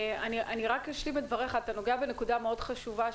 אני רק אשיב על דבריך אתה נוגע בנקודה מאוד חשובה.